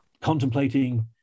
contemplating